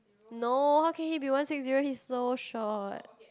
no how can he be one six zero he's so short